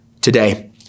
today